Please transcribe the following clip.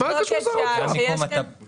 אז מטרו, עוד לא.